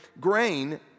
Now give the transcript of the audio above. grain